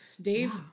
Dave